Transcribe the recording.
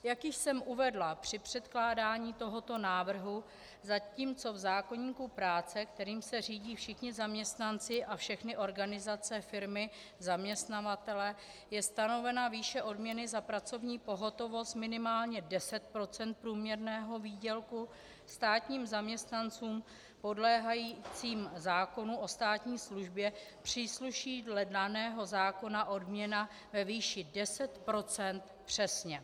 Jak už jsem uvedla při předkládání tohoto návrhu, zatímco v zákoníku práce, kterým se řídí všichni zaměstnanci a všechny organizace firmy zaměstnavatele, je stanovena výše odměny za pracovní pohotovost minimálně 10 % průměrného výdělku, státním zaměstnancům podléhajícím zákonu o státní službě přísluší dle daného zákona odměna ve výši 10 % přesně.